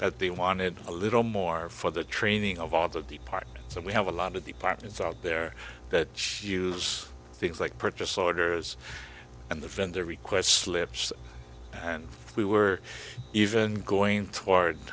that they wanted a little more for the training of other departments and we have a lot of the partners out there that she uses things like purchase orders and the vendor request slips and we were even going toward